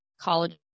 college